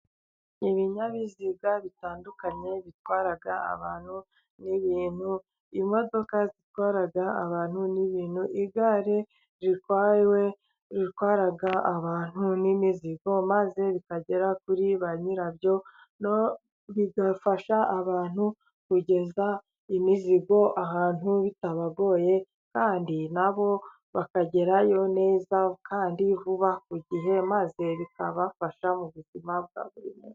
Ibinyabiziga bitandukanye bitwara abantu n'ibintu. Imodoka zitwara abantu n'ibintu. Igare ritwawe ,ritwara abantu n'imizigo maze bikagera kuri ba nyirabyo, bigafasha abantu kugeza imizigo ahantu bitabagoye, kandi na bo bakagerayo neza kandi vuba ku gihe. Maze bikabafasha mu buzima bwabo.